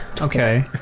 Okay